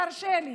תרשה לי,